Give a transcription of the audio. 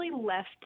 left